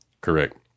Correct